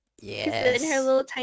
yes